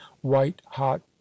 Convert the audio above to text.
white-hot